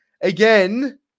again